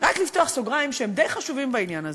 רק לפתוח סוגריים, שהם די חשובים בעניין הזה: